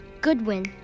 Goodwin